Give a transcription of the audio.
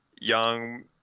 young